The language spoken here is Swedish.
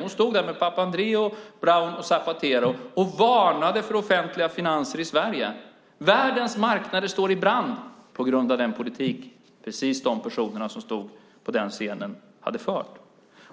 Hon stod där med Papandreou, Brown och Zapatero och varnade för offentliga finanser i Sverige. Världens marknader står i brand på grund av den politik som de personer som stod på scenen har fört.